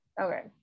Okay